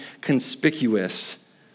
conspicuous